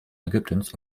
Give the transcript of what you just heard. ägyptens